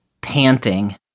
panting